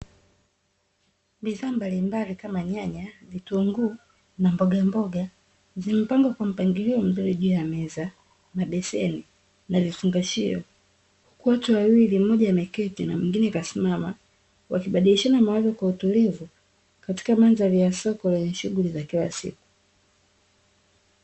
Bidhaa mbalimbali kama; nyanya, vitunguu na mbogamboga, zimepangwa kwa mpangilio mzuri juu ya meza, na beseni na vifungashio. Huku watu wawili mmoja ameketi na mwingine kasimama, wakibadilishana mawazo kwa utulivu, katika mandhari ya soko lenye shughuli za kila siku.